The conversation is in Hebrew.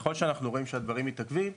ככל שאנחנו רואים שהדברים מתעכבים,